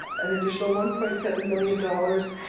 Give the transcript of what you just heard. an additional one point seven million dollars.